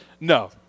No